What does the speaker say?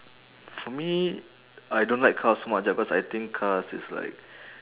for me I don't like cars so much ah cause I think cars is like